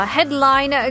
Headline